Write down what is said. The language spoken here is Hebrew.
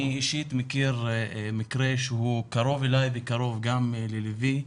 אני אישית מכיר מקרה שהוא קרוב אלייוקרוב גם לליבי,